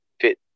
fit